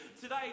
today